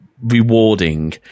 rewarding